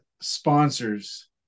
sponsors